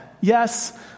Yes